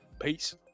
Peace